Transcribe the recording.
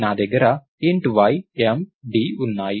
నా దగ్గర int y m d ఉన్నాయి